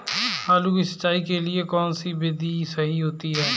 आलू की सिंचाई के लिए कौन सी विधि सही होती है?